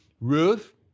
Ruth